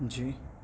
جی